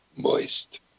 Moist